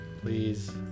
please